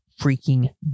freaking